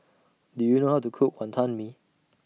Do YOU know How to Cook Wonton Mee